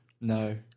No